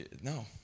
No